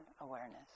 awareness